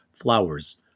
flowers